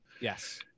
Yes